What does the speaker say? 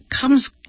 comes